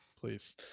Please